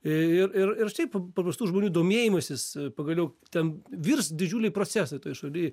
ir ir ir šiaip paprastų žmonių domėjimasis pagaliau ten virs didžiuliai procesai toj šaly